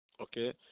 Okay